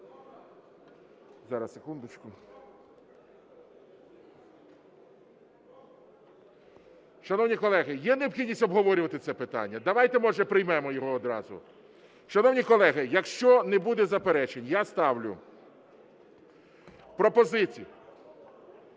Зараз, секундочку. Шановні колеги, є необхідність обговорювати це питання? Давайте, може, приймемо його відразу? Шановні колеги, якщо не буде заперечень я ставлю пропозицію…